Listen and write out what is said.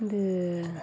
வந்து